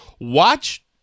watch